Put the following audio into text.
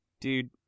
Dude